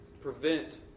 prevent